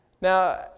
Now